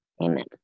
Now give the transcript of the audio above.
Amen